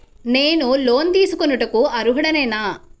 నేను లోన్ తీసుకొనుటకు అర్హుడనేన?